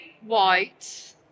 white